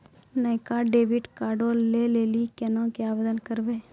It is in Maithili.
नयका डेबिट कार्डो लै लेली केना के आवेदन करबै?